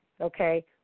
okay